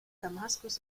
damaskus